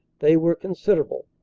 they were considerable,